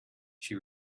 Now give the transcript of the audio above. she